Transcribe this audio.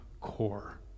core